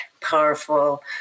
powerful